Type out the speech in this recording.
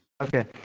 Okay